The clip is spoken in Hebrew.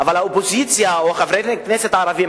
אבל האופוזיציה או חברי הכנסת הערבים,